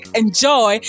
enjoy